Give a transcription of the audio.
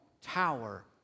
tower